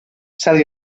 sell